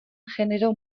genero